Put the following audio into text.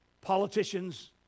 politicians